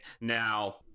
Now